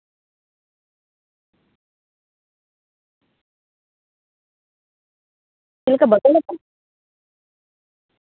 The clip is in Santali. ᱪᱮᱫᱞᱮᱠᱟ ᱵᱟᱠᱚ ᱞᱮᱠᱟ